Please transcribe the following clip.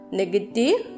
negative